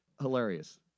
Hilarious